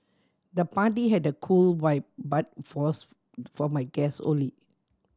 the party had a cool vibe but fours for my guest only